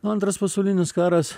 antras pasaulinis karas